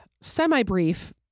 semi-brief